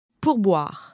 pourboire